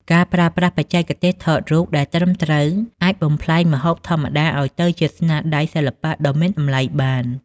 ការប្រើប្រាស់បច្ចេកទេសថតរូបដែលត្រឹមត្រូវ អាចបំប្លែងម្ហូបធម្មតាឱ្យទៅជាស្នាដៃសិល្បៈដ៏មានតម្លៃបាន។